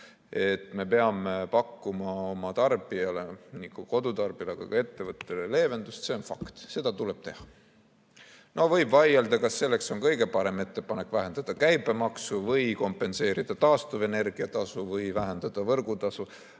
me peame pakkuma oma tarbijale – nii kodutarbijale kui ka ettevõtjale – leevendust, see on fakt, seda tuleb teha. Võib vaielda, kas selleks on kõige parem ettepanek vähendada käibemaksu või kompenseerida taastuvenergia tasu või vähendada võrgutasu,